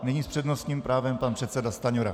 Nyní s přednostním právem pan předseda Stanjura.